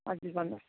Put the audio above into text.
हजुर भन्नुहोस्